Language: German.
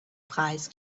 preis